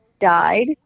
died